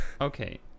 Okay